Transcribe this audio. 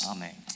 Amen